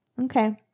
Okay